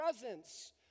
presence